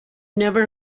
never